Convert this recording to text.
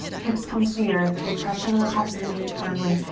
hips come to the earth, we press into the tops of the feet firmly,